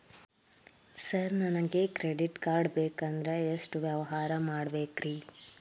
Sir ನನಗೆ credit card ಬೇಕಂದ್ರೆ ಎಷ್ಟು ವ್ಯವಹಾರ ಮಾಡಬೇಕ್ರಿ?